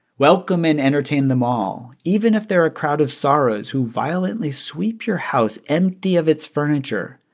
welcome and entertain them all. even if they're a crowd of sorrows who violently sweep your house empty of its furniture,